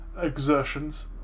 exertions